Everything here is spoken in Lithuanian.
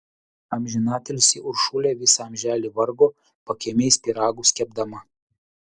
amžinatilsį uršulė visą amželį vargo pakiemiais pyragus kepdama